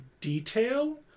detail